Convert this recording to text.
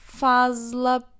Fazla